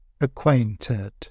acquainted